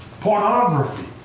Pornography